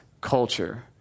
culture